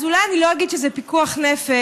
אז אולי לא אגיד שזה פיקוח נפש,